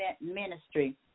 ministry